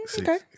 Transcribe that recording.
Okay